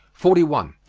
forty one.